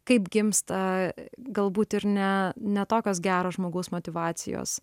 kaip gimsta galbūt ir ne ne tokios geros žmogaus motyvacijos